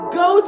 go